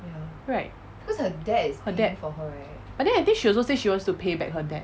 right her dad but then I think she also say she wants to pay back her dad